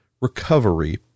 recovery